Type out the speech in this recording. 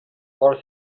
for